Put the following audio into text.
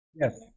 yes